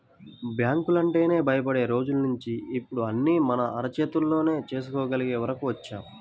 బ్యాంకులంటేనే భయపడే రోజుల్నించి ఇప్పుడు అన్నీ మన అరచేతిలోనే చేసుకోగలిగే వరకు వచ్చాం